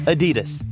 Adidas